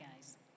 guys